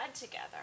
together